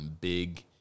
big